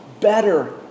better